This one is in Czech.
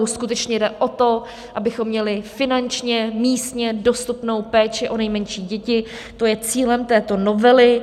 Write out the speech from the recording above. Skutečně jde o to, abychom měli finančně, místně dostupnou péči o nejmenší děti, to je cílem této novely.